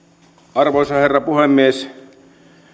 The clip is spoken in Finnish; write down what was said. arvoisa herra puhemies lähetekeskustelussa